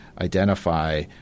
identify